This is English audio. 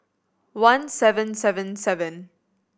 one seven seven seven